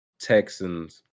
Texans